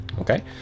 okay